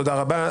תודה רבה.